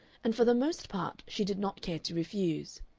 and for the most part she did not care to refuse.